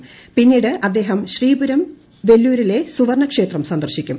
പ്പിന്നീട് അദ്ദേഹം ശ്രീപുരം വെല്ലൂരിലെ സുവർണ്ണ ക്ഷേത്രം സന്ദർശിക്കും